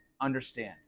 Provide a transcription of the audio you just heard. understand